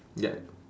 yup